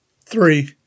Three